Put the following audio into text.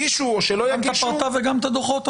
גם את הפרטה וגם את הדוחות?